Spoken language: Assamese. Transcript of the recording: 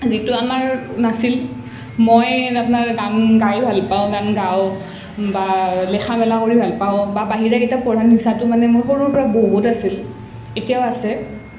যিটো আমাৰ নাছিল মই আপোনাৰ গান গাই ভাল পাওঁ গান গাওঁ বা লেখা মেলা কৰি ভাল পাওঁ বা বাহিৰা কিতাপ পঢ়াৰ নিচাটো মানে সৰুৰ পৰা বহুত আছিল এতিয়াও আছে